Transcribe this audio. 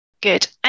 Good